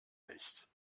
nicht